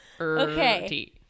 okay